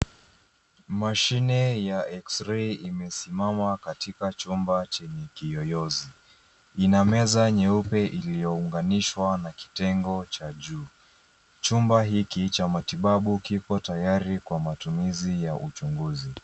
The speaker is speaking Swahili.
Mashine ya x-ray imesimama katika chumba yenye kiyoyozi. Ina meza nyeupe iliyounganishwa na kitengo cha juu. Chumba hiki cha matibabu kipo tayari kwa matumizi ya uchunguzi.